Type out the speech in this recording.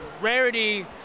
rarity